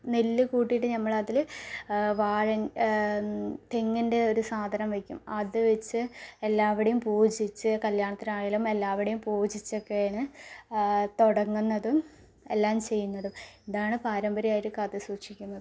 നെല്ല് കൂട്ടിയിട്ട് ഞമ്മൾ അതില് വാഴ തെങ്ങിൻ്റെ ഒരു സാധനം വയ്ക്കും അത് വെച്ച് എല്ലാവടെയും പൂജിച്ച് കല്യാണത്തിന് ആയാലും എല്ലാവടെയും പൂജിച്ചൊക്കെയാണ് തൊടങ്ങുന്നതും എല്ലാം ചെയ്യുന്നതും ഇതാണ് പാരമ്പര്യമായിട്ട് കാത്തു സൂക്ഷിക്കുന്നത്